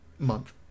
month